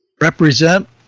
represent